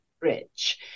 rich